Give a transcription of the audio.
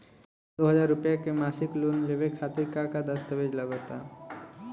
दो हज़ार रुपया के मासिक लोन लेवे खातिर का का दस्तावेजऽ लग त?